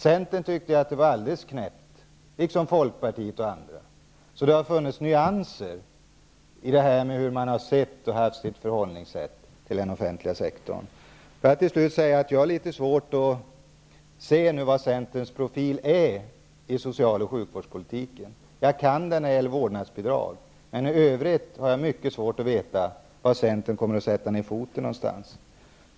Centern tyckte att det var alldeles knäppt, likaså folkpartiet och andra. Så det har funnits nyanser i förhållningssättet till den offentliga sektorn. Till slut vill jag säga att jag har svårt att se vad som är centerns profil i social och sjukvårdspolitiken. Jag kan se den när det gäller vårdnadsbidrag, men i övrigt har jag mycket svårt att veta var någonstans centern kommer att sätta ner foten.